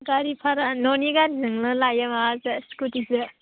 गारि भारा न'नि गारिजोंनो लायो माबाजो स्कुटिजो